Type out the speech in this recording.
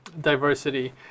diversity